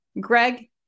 Greg